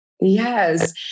Yes